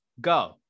Go